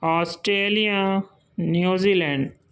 Australia New Zealand